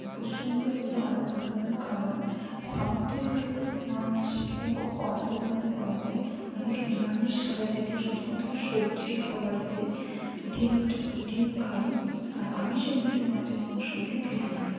আর পশ্চিমবঙ্গের এগুলো আলাদা ধরণের খাবার সামুদ্রিক মাছ এখানে খুব কম পরিমাণে পাওয়া যায় অনেকে নিরামিষ খায় যেগুলো শুধুমাত্র সবজি খাবার হয় ডিম ডিম খায় আর আমিষের মধ্যে মাছ মাংসগুলো খেতে পারে